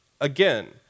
again